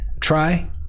Try